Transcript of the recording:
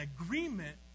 agreement